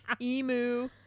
emu